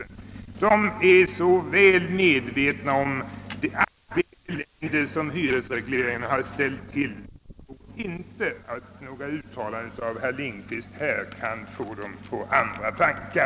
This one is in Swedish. Ungdomen är så väl medveten om allt det elände som hyresregleringen ställt till med, att jag inte tror att några uttalanden av herr Lindkvist här i kammaren kan få ungdomen på andra tankar.